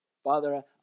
Father